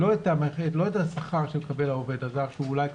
לא את השכר שמקבל העובד הזר שאולי הוא